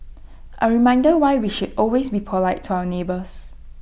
A reminder why we should always be polite to our neighbours